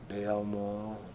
Delmore